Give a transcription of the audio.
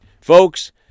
Folks